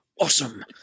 awesome